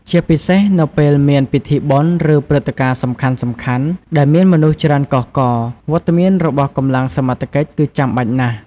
ជាពិសេស នៅពេលមានពិធីបុណ្យ ឬព្រឹត្តិការណ៍សំខាន់ៗ ដែលមានមនុស្សច្រើនកុះករ វត្តមានរបស់កម្លាំងសមត្ថកិច្ចគឺចាំបាច់ណាស់។